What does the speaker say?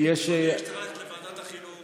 אני חושב שזה צריך ללכת לוועדת החינוך.